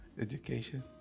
education